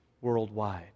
worldwide